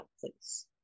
please